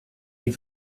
die